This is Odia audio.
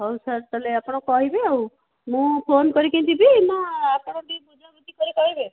ହଉ ସାର୍ ତା'ହେଲେ ଆପଣ କହିବେ ଆଉ ମୁଁ ଫୋନ୍ କରିକି ଯିବି ନା ଆପଣ ଟିକିଏ ବୁଝାବୁଝି କରି କହିବେ